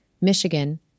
Michigan